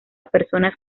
personas